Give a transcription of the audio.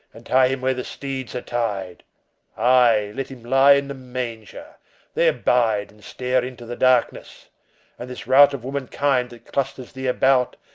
and tie him where the steeds are tied aye, let him lie in the manger there abide and stare into the darkness and this rout of womankind that clusters thee about,